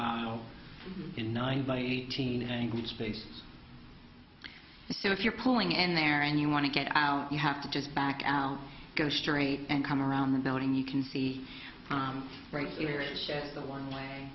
all in nine by eighteen angle space so if you're pulling in there and you want to get out you have to just back out go straight and come around the building you can see right here is the one way